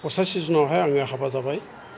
पसासि सनआवहाय आङो हाबा जाबाय